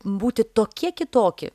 būti tokie kitokie